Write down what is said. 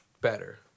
better